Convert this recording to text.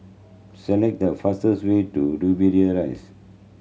select the fastest way to Dobbie Rise